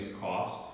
cost